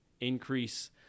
increase